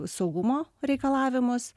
saugumo reikalavimus